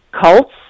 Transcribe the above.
cults